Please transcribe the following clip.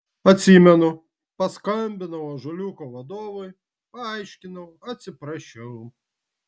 atsimenu paskambinau ąžuoliuko vadovui paaiškinau atsiprašiau